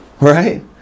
Right